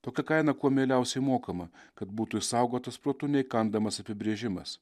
tokia kaina kuo mieliausiai mokama kad būtų išsaugotas protu neįkandamas apibrėžimas